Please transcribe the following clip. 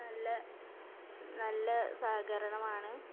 നല്ല നല്ല സഹകരണമാണ്